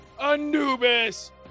anubis